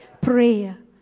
prayer